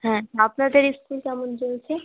হ্যাঁ আপনাদের স্কুল কেমন চলছে